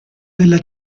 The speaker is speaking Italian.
della